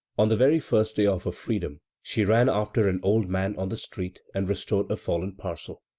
on the very first day of her freedom she ran after an old man on the street and restored a fallen parcel.